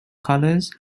colors